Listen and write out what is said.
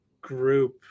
group